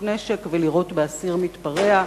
הכוח לשלוף נשק ולירות באסיר מתפרע,